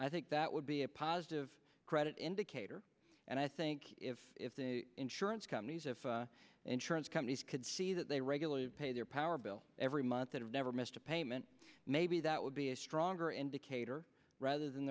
i think that would be a positive credit indicator and i think if the insurance companies and insurance companies could see that they regularly pay their power bill every month that have never missed a payment maybe that would be a stronger and or rather